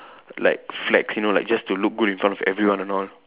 like flex you know like just to look good in front of everyone and all